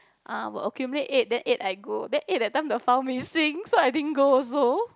uh will accumulate eight then eight I go then eight the time the file missing so I didn't go also